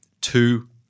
two